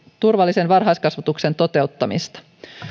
turvallisen varhaiskasvatuksen toteuttamista